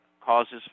causes